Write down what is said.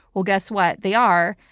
well guess what. they are.